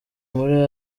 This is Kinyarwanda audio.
muri